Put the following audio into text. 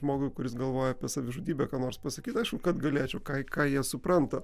žmogui kuris galvoja apie savižudybę ką nors pasakyt aišku kad galėčiau ką ką jie supranta